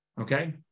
okay